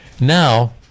Now